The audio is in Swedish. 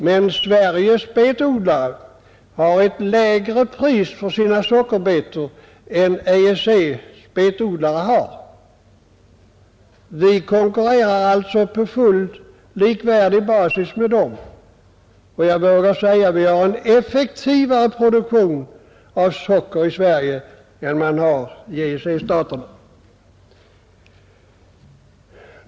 Men Sveriges betodlare har ett lägre pris på sina sockerbetor än EEC: betodlare har. Vi konkurrerar alltså på fullt likvärdig basis med dem. Jag vågar säga att vi har en effektivare produktion av socker i Sverige än man har i EEC-staterna.